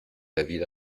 david